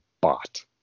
bot